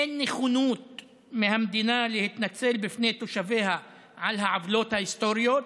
אין נכונות של המדינה להתנצל בפני תושביה על העוולות ההיסטוריות,